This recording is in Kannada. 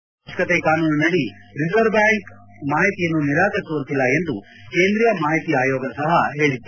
ಪಾರದರ್ಶಕತೆ ಕಾನೂನಿನಡಿ ರಿಸರ್ವ್ ಬ್ವಾಂಕ್ ಮಾಹಿತಿಯನ್ನು ನಿರಾಕರಿಸುವಂತಿಲ್ಲ ಎಂದು ಕೇಂದ್ರೀಯ ಮಾಹಿತಿ ಆಯೋಗ ಸಹ ಹೇಳಿತ್ತು